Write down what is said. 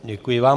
Děkuji vám.